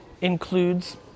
includes